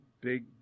big